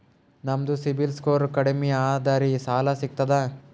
ನಮ್ದು ಸಿಬಿಲ್ ಸ್ಕೋರ್ ಕಡಿಮಿ ಅದರಿ ಸಾಲಾ ಸಿಗ್ತದ?